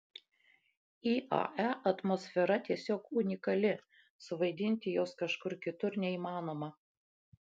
iae atmosfera tiesiog unikali suvaidinti jos kažkur kitur neįmanoma